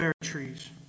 trees